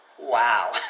wow